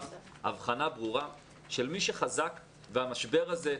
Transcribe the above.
הבחנה ברורה של מי חזק והמשבר הזה,